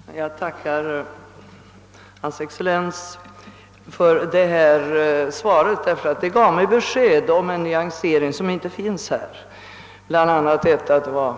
Herr talman! Jag tackar hans excellens för detta svar, eftersom det gav mig besked om en nyansering som tidigare inte kommit fram.